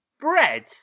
bread